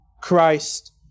Christ